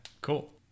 cool